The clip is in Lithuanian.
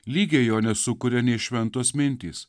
lygiai jo nesukuria nei šventos mintys